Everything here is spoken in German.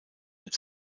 mit